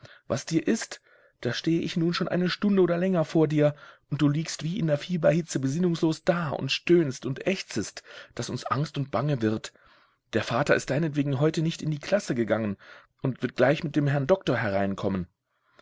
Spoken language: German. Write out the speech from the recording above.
was dir ist da stehe ich nun schon eine stunde oder länger vor dir und du liegst wie in der fieberhitze besinnungslos da und stöhnst und ächzest daß uns angst und bange wird der vater ist deinetwegen heute nicht in die klasse gegangen und wird gleich mit dem herrn doktor hereinkommen